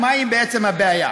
מהי בעצם הבעיה?